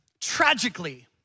tragically